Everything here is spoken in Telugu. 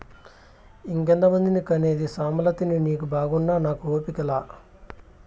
ఇంకెంతమందిని కనేది సామలతిని నీకు బాగున్నా నాకు ఓపిక లా